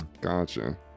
Gotcha